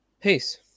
peace